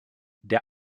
der